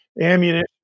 ammunition